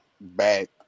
back